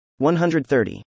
130